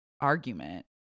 argument